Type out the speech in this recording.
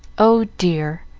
oh dear!